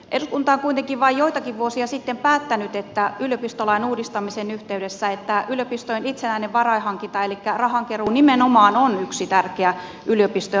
eduskunta on kuitenkin vain joitakin vuosia sitten päättänyt yliopistolain uudistamisen yhteydessä että yliopistojen itsenäinen varainhankinta elikkä rahankeruu nimenomaan on yksi tärkeä yliopistojen rahoituksen muoto